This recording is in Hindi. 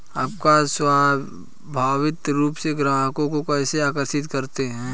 आप स्वाभाविक रूप से ग्राहकों को कैसे आकर्षित करते हैं?